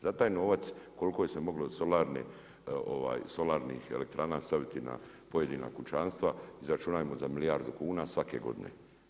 Za taj novac koliko se je moglo solarnih elektrana staviti na pojedina kućanstva, izračunajmo za milijardu kuna svake godine.